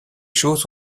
choses